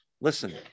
Listen